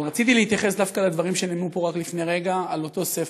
אבל רציתי להתייחס דווקא לדברים שנאמרו פה רק לפני רגע על אותו ספר,